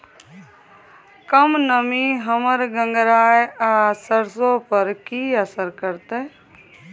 कम नमी हमर गंगराय आ सरसो पर की असर करतै?